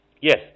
Yes